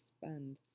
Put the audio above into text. spend